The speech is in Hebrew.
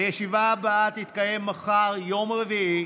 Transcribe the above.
הישיבה הבאה תתקיים מחר, יום רביעי,